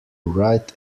write